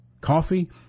Coffee